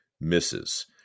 misses